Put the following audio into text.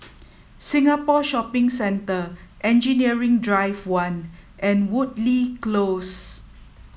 Singapore Shopping Centre Engineering Drive One and Woodleigh Close